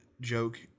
joke